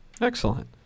Excellent